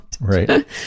right